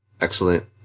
excellent